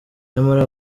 nyamara